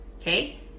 Okay